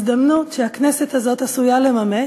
הזדמנות שהכנסת הזאת עשויה לממש,